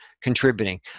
contributing